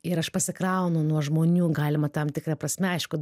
ir aš pasikraunu nuo žmonių galima tam tikra prasme aišku